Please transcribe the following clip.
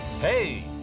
Hey